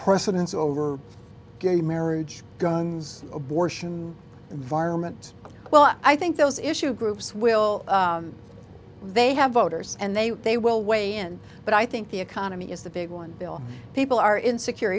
precedence over gay marriage guns abortion environment well i think those issue groups will they have voters and they they will weigh in but i think the economy is the big one bill people are in secure